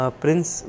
prince